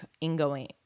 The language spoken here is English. ingoing